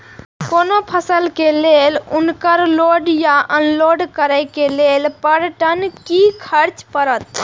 कोनो फसल के लेल उनकर लोड या अनलोड करे के लेल पर टन कि खर्च परत?